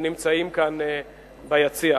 נמצאים כאן ביציע.